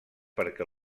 perquè